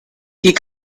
die